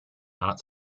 not